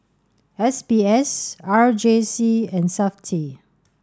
S B S R J C and SAFTI